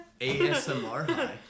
ASMR